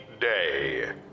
day